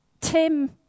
Tim